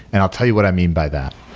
and i'll tell you what i mean by that.